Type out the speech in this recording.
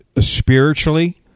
spiritually